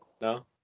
No